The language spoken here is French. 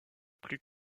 plus